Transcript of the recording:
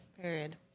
Period